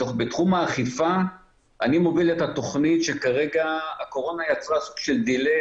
בתחום האכיפה אני מוביל את התכנית שכרגע הקורונה יצרה סוג של דיליי,